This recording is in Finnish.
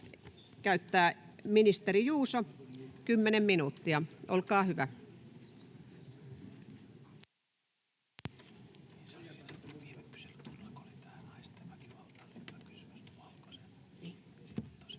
käyttää ministeri Juuso, kymmenen minuuttia. Olkaa hyvä. Arvoisa